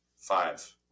Five